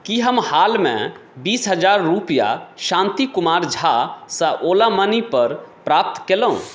की हम हालमे बीस हजार रुपैआ शान्ति कुमार झासँ ओला मनी पर प्राप्त केलहुँ